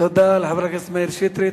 תודה לחבר הכנסת מאיר שטרית.